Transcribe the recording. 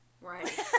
Right